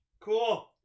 Cool